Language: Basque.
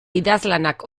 idazlanak